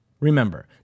Remember